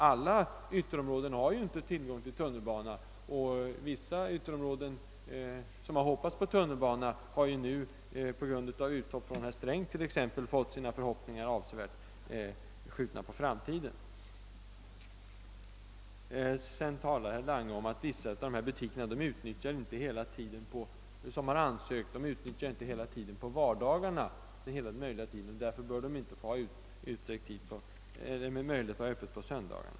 Alla ytterområden har ju inte tillgång till tunnelbana, och vissa ytterområden som har hoppats på tunnelbana har nu på grund av utspel från herr Sträng fått sina förhoppningar avsevärt skjutna på framtiden. Herr Lange säger att vissa av de butiker, som har ansökt om tillstånd, inte utnyttjar hela den medgivna öppethållandetiden på vardagarna, och därför bör de inte ha möjlighet att hålla öppet på söndagarna.